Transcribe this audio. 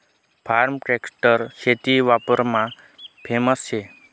form tractor शेती वापरमा famous शे